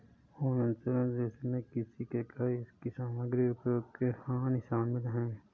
home insurance जिसमें किसी के घर इसकी सामग्री उपयोग की हानि शामिल है